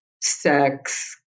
sex